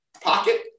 pocket